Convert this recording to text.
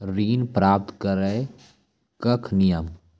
ऋण प्राप्त करने कख नियम?